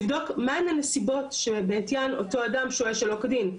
כדי לבדוק מהן הנסיבות שבעטיין אותו אדם שוהה שלא כדין,